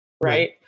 right